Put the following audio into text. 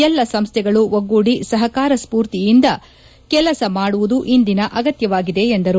ಎಲ್ಲ ಸಂಸ್ಲೆಗಳು ಒಗ್ಗೂಡಿ ಸಪಕಾರ ಸ್ಪೂರ್ತಿಯಿಂದ ಕೆಲಸ ಮಾಡುವುದು ಇಂದಿನ ಅಗತ್ಯವಾಗಿದೆ ಎಂದರು